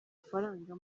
amafaranga